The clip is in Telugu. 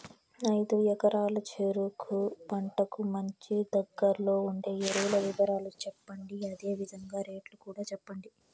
ఐదు ఎకరాల చెరుకు పంటకు మంచి, దగ్గర్లో ఉండే ఎరువుల వివరాలు చెప్పండి? అదే విధంగా రేట్లు కూడా చెప్పండి?